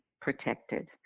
protected